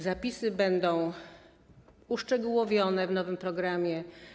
Zapisy będą uszczegółowione w nowym programie.